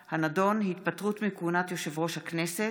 הנדון: התפטרות מכהונת יושב-ראש הכנסת.